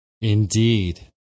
Indeed